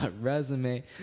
resume